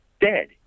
dead